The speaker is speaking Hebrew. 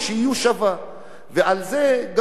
על זה גם כן אנחנו דיברנו רבות,